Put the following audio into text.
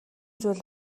зүйл